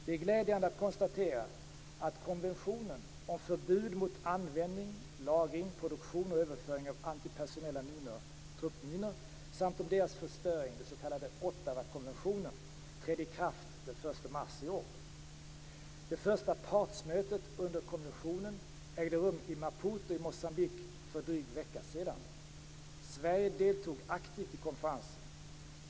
Det är glädjande att konstatera att konventionen om förbud mot användning, lagring, produktion och överföring av antipersonella minor, truppminor, samt om deras förstöring, den s.k. Ottawakonventionen, trädde i kraft den 1 mars i år. Det första partsmötet under konventionen ägde rum i Maputo i Moçambique för en dryg vecka sedan. Sverige deltog aktivt i konferensen.